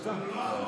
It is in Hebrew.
שנייה אחת.